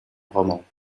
rommel